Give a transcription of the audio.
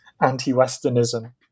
anti-westernism